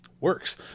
works